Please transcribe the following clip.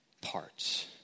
parts